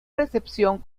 recepción